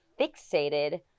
fixated